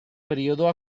periodo